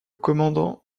commandant